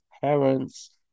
parents